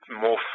more